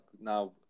now